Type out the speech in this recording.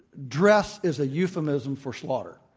dress is a euphemism for slaughter.